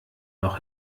noch